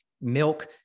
milk